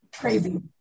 crazy